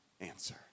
answer